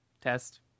test